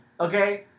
okay